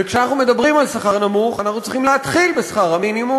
וכשאנחנו מדברים על שכר נמוך אנחנו צריכים להתחיל בשכר המינימום,